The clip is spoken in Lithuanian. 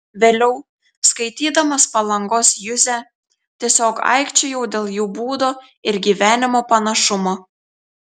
vėliau skaitydamas palangos juzę tiesiog aikčiojau dėl jų būdo ir gyvenimo panašumo